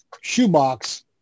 shoebox